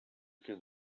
can